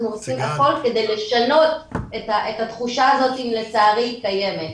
אנחנו עושים הכל כדי לשנות את התחושה הזאת אם לצערי היא קיימת.